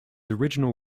original